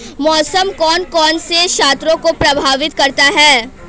मौसम कौन कौन से क्षेत्रों को प्रभावित करता है?